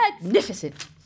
Magnificent